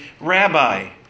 Rabbi